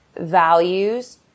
values